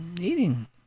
Eating